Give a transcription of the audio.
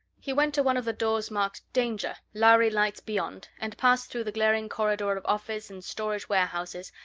he went to one of the doors marked danger, lhari lights beyond, and passed through the glaring corridor of offices and storage-warehouses,